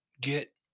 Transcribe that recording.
get